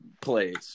plays